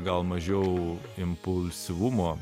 gal mažiau impulsyvumo